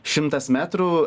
šimtas metrų